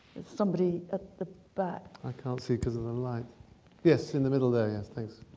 it's somebody at the but i can't see cuz of their life yes in the middle there yes things